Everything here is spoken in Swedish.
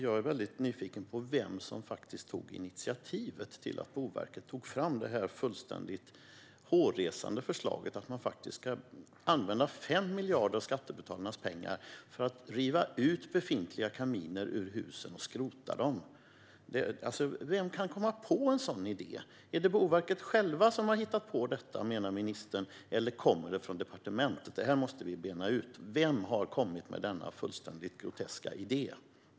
Jag är väldigt nyfiken på vem som tog initiativ till Boverkets fullständigt hårresande förslag: att man ska använda 5 miljarder av skattebetalarnas pengar för att riva ut befintliga kaminer ur husen och skrota dem. Vem kan komma på en sådan idé? Menar ministern att det är Boverket självt som har hittat på detta, eller kommer det från departementet? Det måste vi bena ut. Vem har kommit med denna fullständigt groteska idé?